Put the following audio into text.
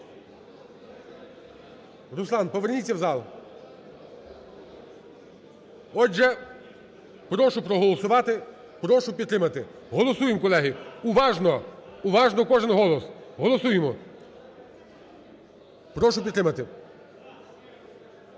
Руслан, поверніться в зал. Отже, прошу проголосувати, прошу підтримати. Голосуємо, колеги. Уважно, уважно кожен голос. Голосуємо, прошу підтримати.